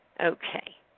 Okay